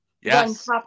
Yes